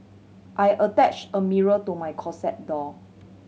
I attach a mirror to my closet door